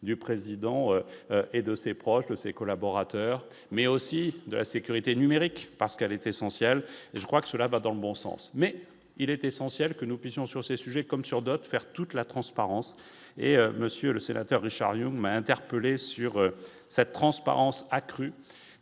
du président et de ses proches, de ses collaborateurs, mais aussi de la sécurité numérique parce qu'elle est essentielle et je crois que cela va dans le bon sens mais il est essentiel que nous puissions sur ces sujets comme sur d'autres faire toute la transparence et monsieur le sénateur Richard Yung m'a interpellé sur sa transparence accrue